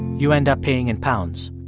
you end up paying in pounds